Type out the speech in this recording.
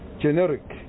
generic